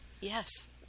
Yes